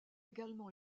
également